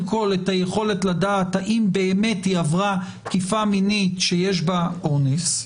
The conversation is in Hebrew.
כל את היכולת לדעת האם באמת עברה תקיפה מינית שיש בה אונס,